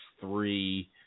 three